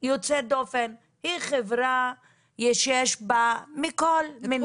יוצאת דופן, היא חברה שיש בה כל מיני.